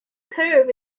curve